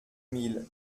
mille